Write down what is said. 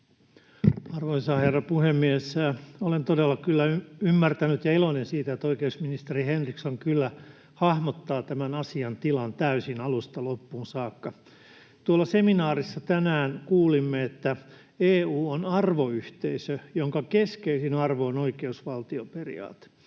Arvoisa herra puhemies! Olen todella ymmärtänyt sen ja olen iloinen siitä, että oikeusministeri Henriksson kyllä hahmottaa tämän asiantilan täysin alusta loppuun saakka. Tuolla seminaarissa tänään kuulimme, että EU on arvoyhteisö, jonka keskeisin arvo on oikeusvaltioperiaate.